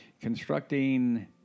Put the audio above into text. Constructing